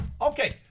Okay